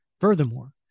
Furthermore